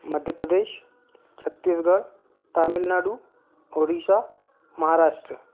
Madhya Pradesh Chhattisgarh Tamil Nadu Odisha Maharashtra